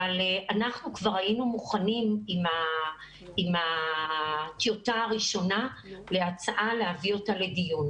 אבל אנחנו כבר היינו מוכנים עם הטיוטה הראשונה להצעה להעביר אותה לדיון.